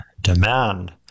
demand